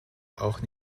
auch